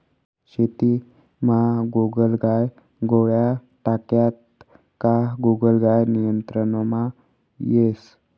शेतीमा गोगलगाय गोळ्या टाक्यात का गोगलगाय नियंत्रणमा येस